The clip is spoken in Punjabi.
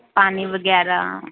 ਪਾਣੀ ਵਗੈਰਾ